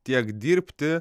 tiek dirbti